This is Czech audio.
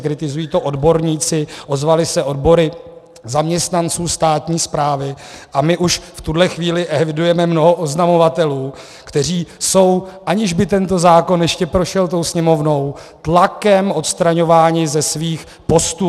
Kritizují to odborníci, ozvaly se odbory zaměstnanců státní správy, a my už v tuhle chvíli evidujeme mnoho oznamovatelů, kteří jsou, aniž by tento zákon ještě prošel Sněmovnou, tlakem odstraňováni ze svých postů.